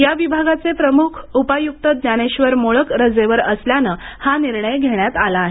या विभागाचे प्रमुख उपायुक्त ज्ञानेश्वेर मोळक रजेवर असल्याने हा निर्णय घेण्यात आला आहे